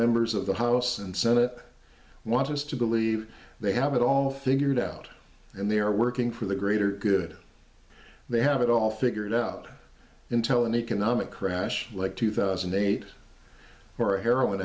members of the house and senate want us to believe they have it all figured out and they are working for the greater good they have it all figured out until an economic crash like two thousand and eight or a heroin